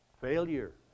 failure